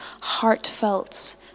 heartfelt